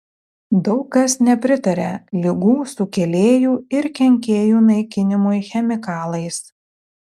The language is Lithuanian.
daug kas nepritaria ligų sukėlėjų ir kenkėjų naikinimui chemikalais